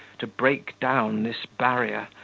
to break down this barrier,